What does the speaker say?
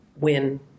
win